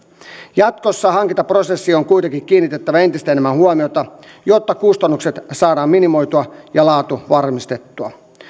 jatkossa hankintaprosessiin on kuitenkin kiinnitettävä entistä enemmän huomiota jotta kustannukset saadaan minimoitua ja laatu varmistettua